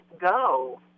go